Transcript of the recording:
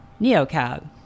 Neocab